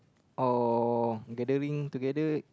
or gathering together